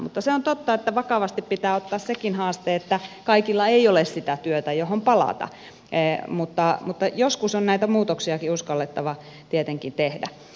mutta se on totta että vakavasti pitää ottaa sekin haaste että kaikilla ei ole sitä työtä johon palata mutta joskus on näitä muutoksiakin uskallettava tietenkin tehdä